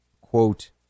quote